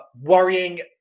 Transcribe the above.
worrying